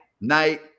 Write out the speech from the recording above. night